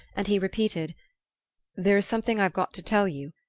and he repeated there is something i've got to tell you.